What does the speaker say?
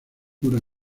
jura